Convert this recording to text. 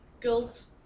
guilds